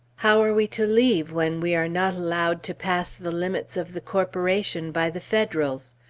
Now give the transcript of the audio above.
how are we to leave, when we are not allowed to pass the limits of the corporation by the federals?